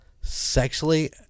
sexually